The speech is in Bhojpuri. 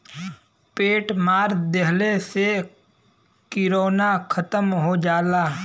पेंट मार देहले से किरौना खतम हो जाला